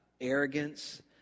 arrogance